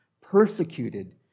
persecuted